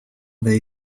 they